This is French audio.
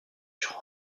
durant